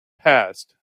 passed